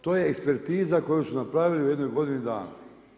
To je ekspertiza koju su napravili u jednoj godini dana.